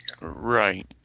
Right